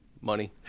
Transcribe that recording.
money